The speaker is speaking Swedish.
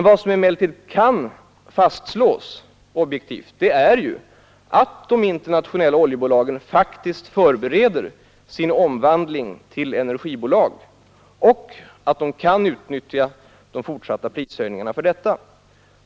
Vad som emellertid kan fastslås objektivt är att de internationella oljebolagen faktiskt förbereder sin omvandling till energibolag och att de kan utnyttja de fortsatta prishöjningarna för detta.